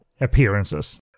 appearances